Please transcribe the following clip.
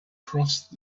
crossed